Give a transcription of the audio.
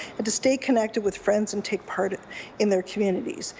and to stay connected with friends and take part in their communities,